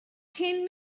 ten